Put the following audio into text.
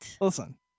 Listen